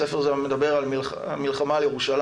הספר הזה מדבר על המלחמה על ירושלים,